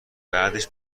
بعدش